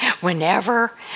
whenever